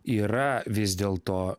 yra vis dėl to